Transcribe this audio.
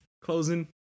closing